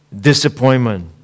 disappointment